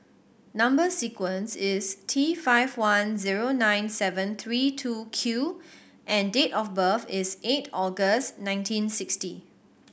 number sequence is T five one zero nine seven three two Q and date of birth is eight August nineteen sixty